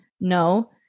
No